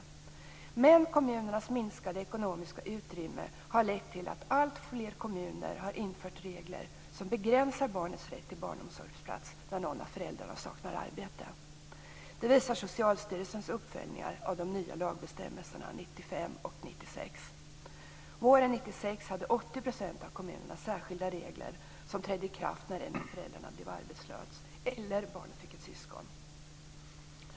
Men kommunernas minskade ekonomiska utrymme har lett till att alltfler kommuner har infört regler som begränsar barnens rätt till barnomsorgsplats när någon av föräldrarna saknar arbete. Det visar Socialstyrelsens uppföljningar av de nya lagbestämmelserna år 1995 och 1996. Våren 1996 hade 80 % av kommunerna särskilda regler som trädde i kraft när en av föräldrarna blev arbetslös eller barnet fick ett syskon.